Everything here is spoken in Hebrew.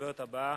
הדוברת הבאה,